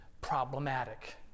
Problematic